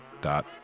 dot